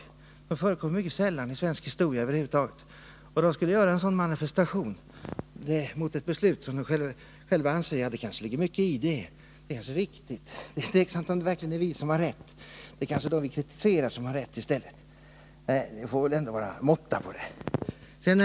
Det har över huvud taget förekommit mycket sällan i svensk historia. Folkpartistatsråden skulle enligt herr Burenstam Linder göra en sådan manifestation mot ett beslut som de själva anser att det kan ligga mycket i och som, enligt deras mening, kanske t.o.m. är riktigt. Nej, det får ändå vara någon måtta.